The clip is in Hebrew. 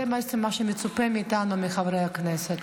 זה בעצם מה שמצופה מאיתנו חברי הכנסת.